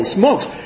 smokes